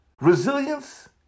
Resilience